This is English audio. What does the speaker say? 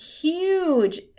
huge